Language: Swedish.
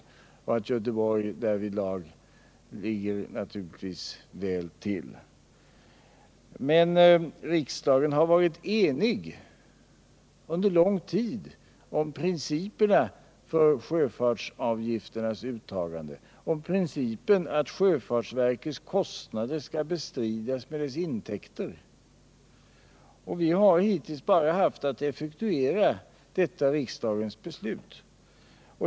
Därvidlag ligger förbättra kollektiv naturligtvis Göteborg väl till. Men riksdagen har under lång tid varit enig om principen för sjöfartsavgifternas uttagande, nämligen att sjöfartsverkets kostnader skall bestridas med dess intäkter. Vi har hittills bara haft att effektuera detta riksdagens beslut.